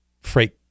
freight